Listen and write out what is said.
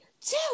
two